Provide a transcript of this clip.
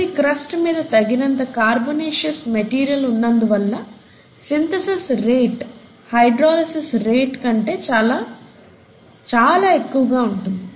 భూమి క్రస్ట్ మీద తగినంత కార్బొనేశియస్ మెటీరియల్ ఉన్నందువల్ల సింథసిస్ రేట్ హైడ్రోలిసిస్ రేట్ కంటే చాలా చాలా ఎక్కువగా ఉంటుంది